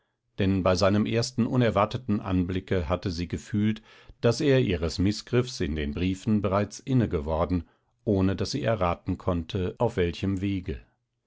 denn bei seinem ersten unerwarteten anblicke hatte sie gefühlt daß er ihres mißgriffs mit den briefen bereits innegeworden ohne daß sie erraten konnte auf welchem wege